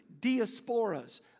diasporas